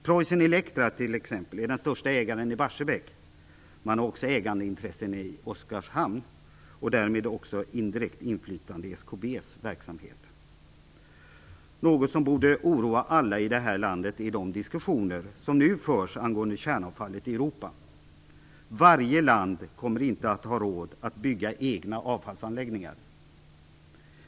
Preussen Elektra t.ex. är den största ägaren i Barsebäck och har också ägandeintressen i Oskarshamn och har därmed ett indirekt inflytande i SKB:s verksamhet. Något som borde oroa alla i det här landet är de diskussioner som nu förs angående kärnavfallet i Europa. Alla länder kommer inte att ha råd att bygga egna avfallsanläggningar.